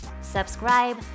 subscribe